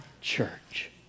church